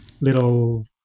little